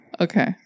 Okay